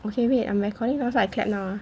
okay wait I'm recording now so I clap now ah